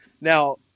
now